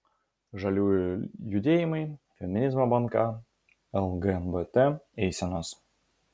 žaliųjų judėjimai feminizmo banga lgbt eisenos